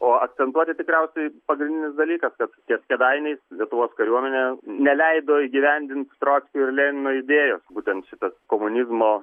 o akcentuoti tikriausiai pagrindinis dalykas kad ties kėdainiais lietuvos kariuomenė neleido įgyvendint trockio ir lenino idėjos būtent šitas komunizmo